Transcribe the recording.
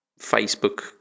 Facebook